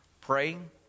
Praying